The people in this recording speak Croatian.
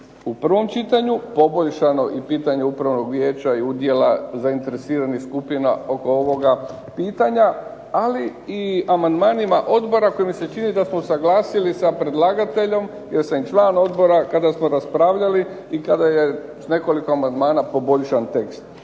u prvom čitanju poboljšano i pitanje upravnog vijeća i udjela zainteresiranih skupina oko ovoga pitanja, ali i amandmanima odbora koji mi se čini sa smo usuglasili sa predlagateljom, jer sam i član odbora, kada smo raspravljali i kada je s nekoliko amandmana poboljšan tekst.